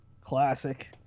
Classic